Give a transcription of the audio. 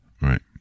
Right